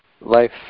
Life